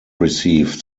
received